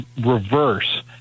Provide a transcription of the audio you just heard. reverse